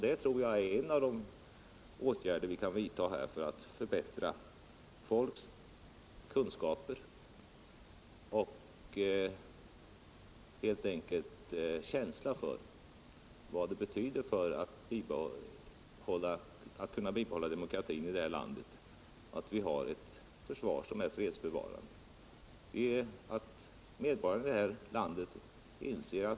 Jag tror att det är ett sätt att förbättra människornas kunskap och känsla för vad ett fredsbevarande försvar betyder när det gäller att kunna bibehålla demokratin i det här landet.